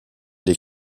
les